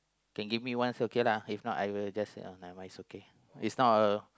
can give me also okay lah if not I will just ya never mind it's okay